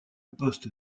poste